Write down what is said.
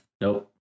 Nope